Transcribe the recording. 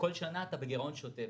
בכל שנה אתה בגירעון שוטף,